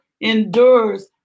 endures